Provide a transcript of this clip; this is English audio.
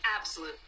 absolute